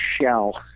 shell